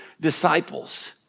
disciples